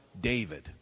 David